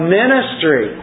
ministry